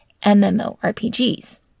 MMORPGs